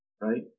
right